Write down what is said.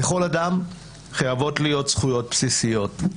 לכל אדם חייבות להיות זכויות בסיסיות,